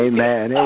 Amen